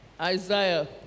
Isaiah